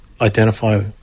identify